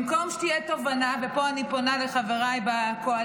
במקום שתהיה תובנה, פה אני פונה לחבריי בקואליציה,